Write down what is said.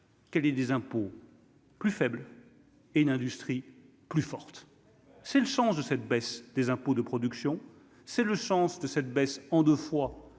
que des impôts. Plus faible et l'industrie plus forte, c'est le sens de cette baisse des impôts, de production, c'est le sens de cette baisse en deux fois